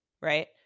Right